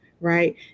Right